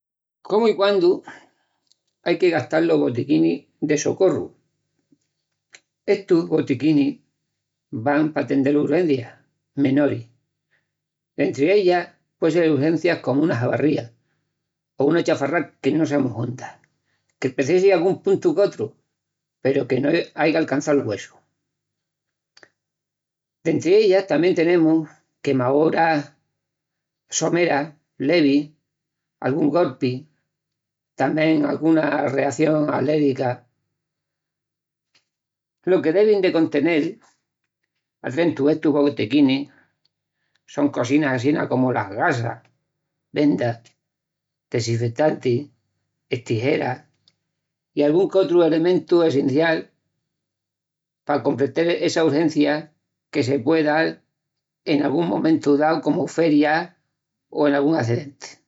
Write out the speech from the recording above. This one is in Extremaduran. Comu i quandu ai que gastal los botiquinis de socorru. Estus botiquinis van p’atendel urgencias menoris entri ellas puen sel urgencias comu una jabarria, o una chaharra mu honda, que precissi angun puntu peru que no aiga alcançau’l güessu, entri ellas tamién tenemus quemaúras levis, angún gorpi, tamién reacionis alérgicas, lo que devin de contenel estus botiquinis son gasas, vendas, desinfetanti, estijeras i otrus elementus essencialis pa compretal essa urgencia.